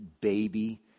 baby